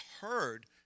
heard